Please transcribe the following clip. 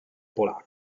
polacco